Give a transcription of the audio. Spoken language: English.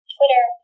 Twitter